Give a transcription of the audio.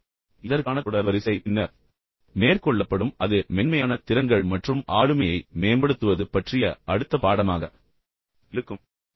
இந்த பாடத்திட்டத்திற்கான தொடர் வரிசை பின்னர் மேற்கொள்ளப்படும் அது மென்மையான திறன்கள் மற்றும் ஆளுமையை மேம்படுத்துவது பற்றிய அடுத்த பாடமாக இருக்கும்